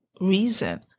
reason